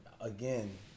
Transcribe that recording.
Again